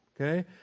okay